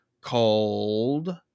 called